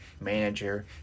manager